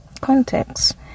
context